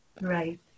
Right